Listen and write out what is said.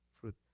fruit